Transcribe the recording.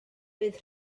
bydd